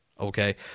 okay